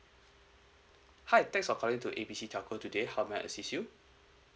hi thanks for calling to A B C telco today how may I assist you